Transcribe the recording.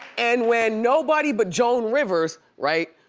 and when nobody but joan rivers, right,